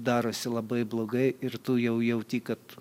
darosi labai blogai ir tu jau jauti kad